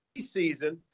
preseason